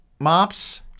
Mops